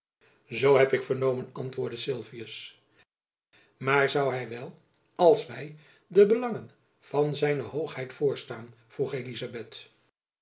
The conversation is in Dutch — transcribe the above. zoo heb ik vernomen antwoordde sylvius maar zoû hy wel als wy de belangen van z hoogheid voorstaan vroeg elizabeth